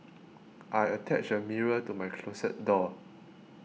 I attached a mirror to my closet door